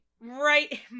right